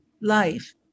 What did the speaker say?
life